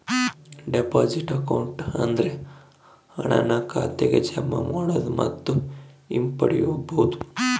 deposit account ಅಂದ್ರೆ ಹಣನ ಖಾತೆಗೆ ಜಮಾ ಮಾಡೋದು ಮತ್ತು ಹಿಂಪಡಿಬೋದು